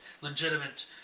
legitimate